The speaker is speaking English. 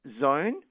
zone